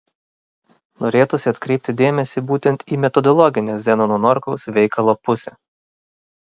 norėtųsi atkreipti dėmesį būtent į metodologinę zenono norkaus veikalo pusę